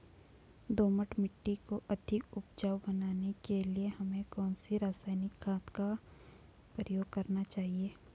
दोमट मिट्टी को अधिक उपजाऊ बनाने के लिए हमें कौन सी रासायनिक खाद का प्रयोग करना चाहिए?